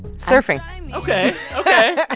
surfing ok. ok. ah